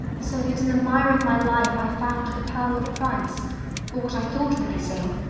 so that in the mire of my life i found the pearl of price, or what i thought would be so.